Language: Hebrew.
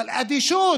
אבל אדישות